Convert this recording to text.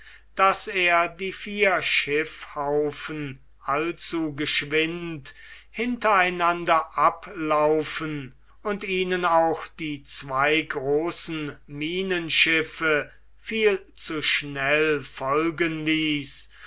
daß er die vier schiffhaufen allzu geschwind hintereinander ablaufen und ihnen auch die zwei großen minenschiffe viel zu schnell folgen ließ